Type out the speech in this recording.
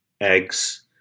eggs